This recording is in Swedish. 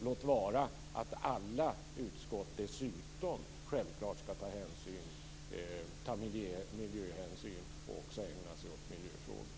Låt vara att alla utskott dessutom självklart skall ta miljöhänsyn och också ägna sig åt miljöfrågor.